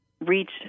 reach